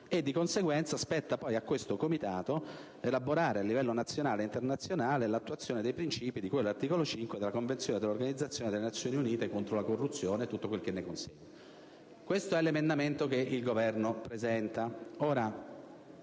Di conseguenza, spetterebbe a questo comitato elaborare a livello nazionale e internazionale l'attuazione dei principi di cui all'articolo 5 della Convenzione dell'Organizzazione delle Nazioni Unite contro la corruzione e tutto quello che ne consegue. [**Presidenza del presidente